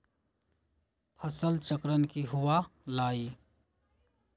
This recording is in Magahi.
फसल चक्रण की हुआ लाई?